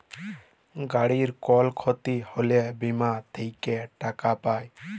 গাড়ির কল ক্ষতি হ্যলে বীমা থেক্যে টাকা পায়